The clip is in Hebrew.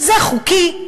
זה חוקי.